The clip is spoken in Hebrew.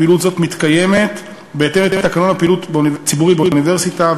פעילות זאת מתקיימת בהתאם לתקנון פעילות ציבורית באוניברסיטה,